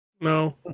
No